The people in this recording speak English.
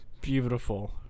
Beautiful